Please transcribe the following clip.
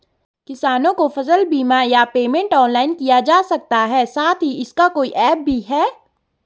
किसानों को फसल बीमा या पेमेंट ऑनलाइन किया जा सकता है साथ ही इसका कोई ऐप भी है?